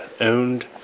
owned